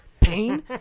pain